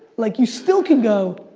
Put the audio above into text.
like you still can go,